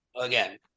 Again